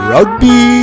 Rugby